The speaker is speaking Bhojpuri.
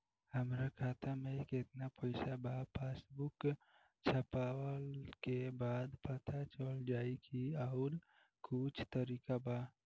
हमरा खाता में केतना पइसा बा पासबुक छपला के बाद पता चल जाई कि आउर कुछ तरिका बा?